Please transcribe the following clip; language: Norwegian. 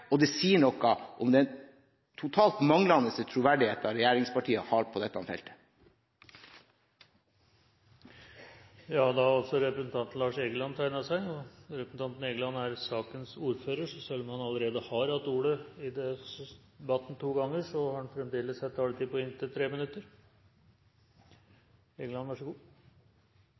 og det sier noe om den totalt manglende troverdigheten regjeringspartiene har på dette feltet. Representanten Lars Egeland har hatt ordet to ganger tidligere i debatten, men får som sakens ordfører en taletid på inntil 3 minutter.